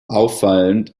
auffallend